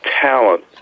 talent